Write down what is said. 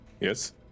yes